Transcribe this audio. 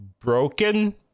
broken